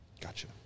Gotcha